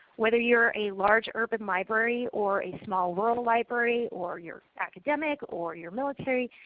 whether you are a large urban library or a small rural library or you are academic or you are military,